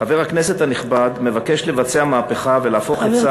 חבר הכנסת הנכבד מבקש לבצע מהפכה ולהפוך את צה"ל,